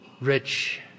rich